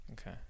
Okay